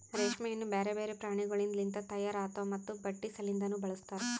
ರೇಷ್ಮೆಯನ್ನು ಬ್ಯಾರೆ ಬ್ಯಾರೆ ಪ್ರಾಣಿಗೊಳಿಂದ್ ಲಿಂತ ತೈಯಾರ್ ಆತಾವ್ ಮತ್ತ ಬಟ್ಟಿ ಸಲಿಂದನು ಬಳಸ್ತಾರ್